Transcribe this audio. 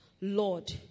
Lord